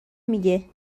میگه